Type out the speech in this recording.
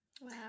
Wow